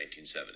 1970